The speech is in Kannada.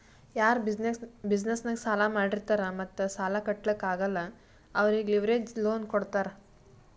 ಯಾರು ಬಿಸಿನೆಸ್ ನಾಗ್ ಸಾಲಾ ಮಾಡಿರ್ತಾರ್ ಮತ್ತ ಸಾಲಾ ಕಟ್ಲಾಕ್ ಆಗಲ್ಲ ಅವ್ರಿಗೆ ಲಿವರೇಜ್ ಲೋನ್ ಕೊಡ್ತಾರ್